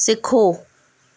सिखो